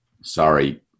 sorry